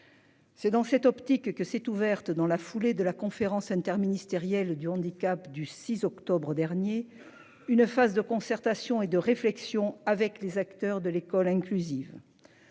C'est dans cette optique que s'est ouverte dans la foulée de la conférence interministériel du handicap du 6 octobre dernier, une phase de concertation et de réflexion avec les acteurs de l'école inclusive.